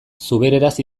zubereraz